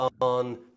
on